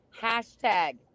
hashtag